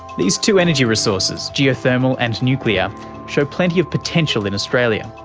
these two energy resources geothermal and nuclear show plenty of potential in australia.